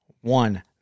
one